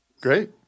Great